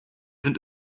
sind